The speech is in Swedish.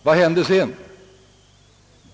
Vad händer sedan?